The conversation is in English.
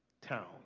town